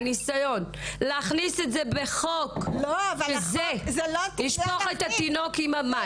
הניסיון להכניס את זה בחוק זה לשפוך את התינוק עם המים.